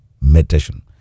Meditation